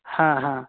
हाँ हाँ